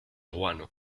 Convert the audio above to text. guano